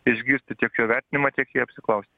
išgirsti tiek jo vertinimą tiek jį apsiklausti